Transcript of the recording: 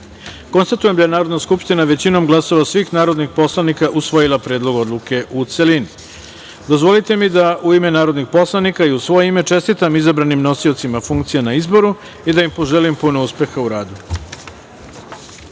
jedan. Konstatujem da je Narodna skupština većinom glasova svih narodnih poslanika usvojila Predlog odluke, u celini. Dozvolite mi da u ime narodnih poslanika i u svoje ime čestitam izabranim nosiocima funkcija na izboru i da im poželim puno uspeha u radu. Dame